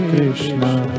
Krishna